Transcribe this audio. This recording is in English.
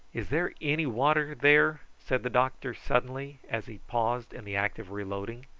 is there any water there? said the doctor suddenly, as he paused in the act of reloading.